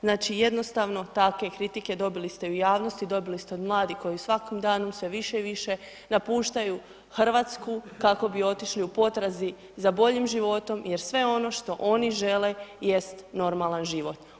Znači, jednostavno takve kritike dobili ste u javnosti, dobili ste od mladih koji svakim danom sve više i više napuštaju Hrvatsku kako bi otišli u potrazi za boljim životom jer sve ono što oni žele jest normalan život.